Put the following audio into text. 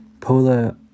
Polar